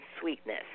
sweetness